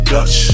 Dutch